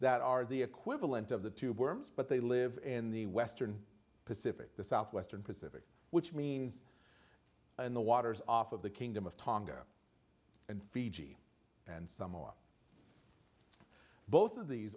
that are the equivalent of the tube worms but they live in the western pacific the southwestern pacific which means in the waters off of the kingdom of tonga and fiji and some are both of these